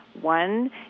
One